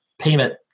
payment